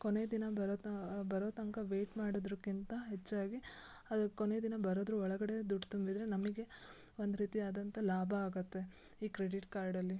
ಕೊನೆ ದಿನ ಬರೋತ ಬರೋತನಕ ವೇಯ್ಟ್ ಮಾಡೋದಕ್ಕಿಂತ ಹೆಚ್ಚಾಗಿ ಅದು ಕೊನೆ ದಿನ ಬರೋದ್ರ ಒಳಗಡೆ ದುಡ್ಡು ತುಂಬಿದರೆ ನಮಗೆ ಒಂದು ರೀತಿ ಆದಂತ ಲಾಭ ಆಗುತ್ತೆ ಈ ಕ್ರೆಡಿಟ್ ಕಾರ್ಡಲ್ಲಿ